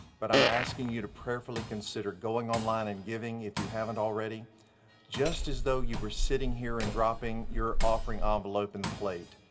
but i'm asking you to prayerfully consider going online and giving if you haven't already just as though you were sitting here and dropping your offering ah envelope in the plate.